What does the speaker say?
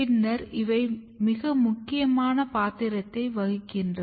பின்னர் இவை மிக முக்கியமான பாத்திரத்தை வகிக்கிறார்கள்